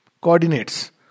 Coordinates